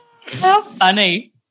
funny